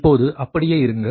இப்போது அப்படியே இருங்கள்